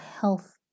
health